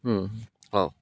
ହୁଁ ହଉ